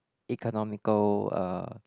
economical uh